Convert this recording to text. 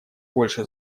больше